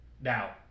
Now